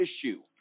issue